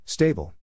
Stable